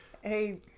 Hey